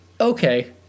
okay